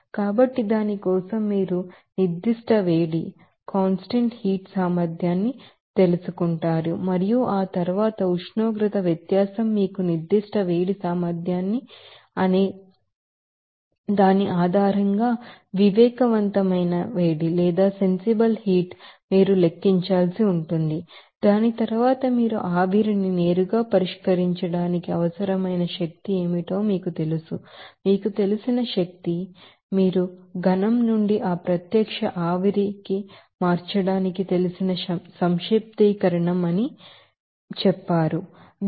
కాబట్టి దాని కోసం మీరు స్పెసిఫిక్ హీట్ కెపాసిటీన్ని తెలుసు మరియు ఆ తర్వాత ఉష్ణోగ్రత వ్యత్యాసం మీకు స్పెసిఫిక్ హీట్ కెపాసిటీన్ని తెలుసు అనే దాని ఆధారంగా వివేకవంతమైన వేడిని మీరు లెక్కించాలి దాని తరువాత మీరు ఆవిరిని నేరుగా పరిష్కరించడానికి అవసరమైన శక్తి ఏమిటో మీకు తెలుసు మీకు తెలిసిన శక్తి మీకు తెలుసు మీరు ఘన ం నుండి ఆ ప్రత్యక్ష ఆవిరికి మార్చడానికి తెలిసిన సంక్షిప్తీకరణ అని మీకు తెలుసు అని చెప్పారు